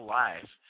life